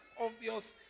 obvious